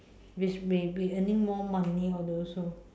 which may be earning more money all those also